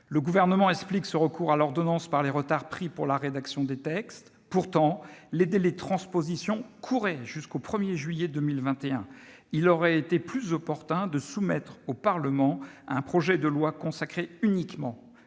Le Gouvernement explique ce recours à une ordonnance par les retards pris pour la rédaction des textes, mais les délais de transposition courent jusqu'au 1 juillet 2021 ... Il aurait été plus opportun de soumettre au Parlement un projet de loi consacré uniquement